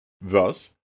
Thus